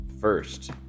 first